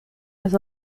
has